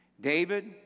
David